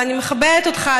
ואני מכבדת אותך,